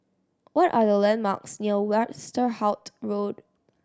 what are the landmarks near Westerhout Road